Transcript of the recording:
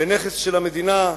בנכס של המדינה,